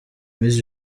miss